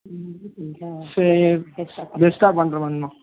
சரி பெஸ்ட்டாக பண்ணுறேன் மேம் இன்னும்